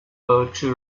puerto